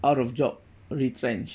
out of job retrenched